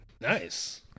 Nice